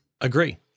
Agree